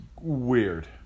weird